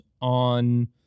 on